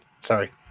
Sorry